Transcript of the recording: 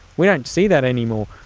we don't see that anymore.